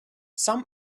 some